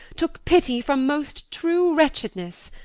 took pity from most true wretchedness.